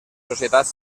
societats